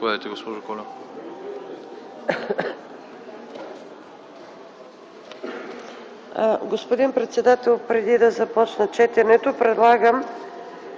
Господин председател, преди да започна четенето, предлагам